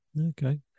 Okay